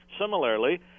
Similarly